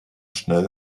schnell